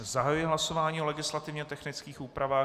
Zahajuji hlasování o legislativně technických úpravách.